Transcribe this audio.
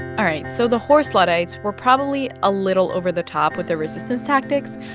all right. so the horse luddites were probably a little over the top with their resistance tactics.